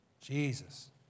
Jesus